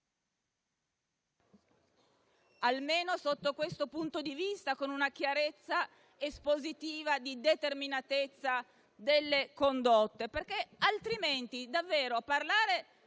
almeno sotto questo punto di vista con una chiarezza espositiva di determinatezza delle condotte.